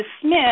Smith